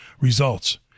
Results